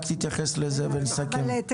לי יש עמדה כללית